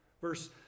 Verse